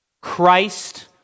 Christ